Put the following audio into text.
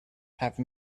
have